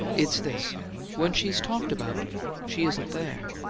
it's this when she's talked about she isn't there.